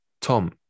tom